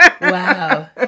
Wow